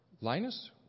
Linus